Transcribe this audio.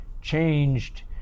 changed